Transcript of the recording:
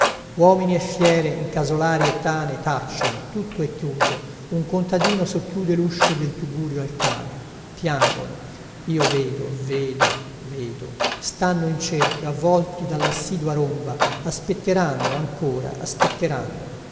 uomini e fiere in casolari e tane tacciono tutto è chiuso un contadino socchiude luscio del tugurio al cane piangono io vedo vedo vedo stanno in cerchio avvolti dallassidua romba aspetteranno ancora aspetteranno